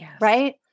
Right